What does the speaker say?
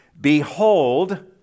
Behold